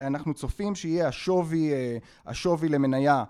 אנחנו צופים שיהיה השווי, השווי למנייה